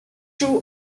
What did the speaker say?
two